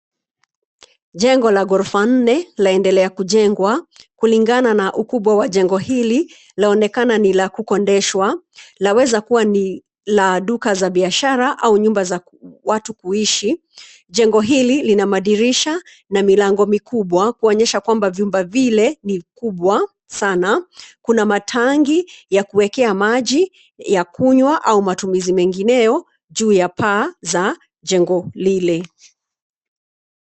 Jengo la ghorofa nne, laendelea kujengwa. Kulingana na ukubwa wa jengo hili, laonekana ni la kukodeshwa. Laweza kuwa ni la duka za biashara au nyumba za watu kuishi. Jengo hili lina madirisha na milango mikubwa, kuonyesha kwamba vyumba vile ni kubwa sana. Kuna matanki ya kuwekea maji ya kunywa au matumizi mengineyo juu ya paa za jengo lile.